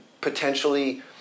potentially